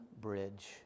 bridge